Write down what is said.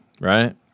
Right